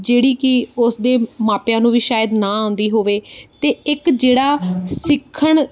ਜਿਹੜੀ ਕਿ ਉਸਦੇ ਮਾਪਿਆਂ ਨੂੰ ਵੀ ਸ਼ਾਇਦ ਨਾ ਆਉਂਦੀ ਹੋਵੇ ਅਤੇ ਇੱਕ ਜਿਹੜਾ ਸਿੱਖਣ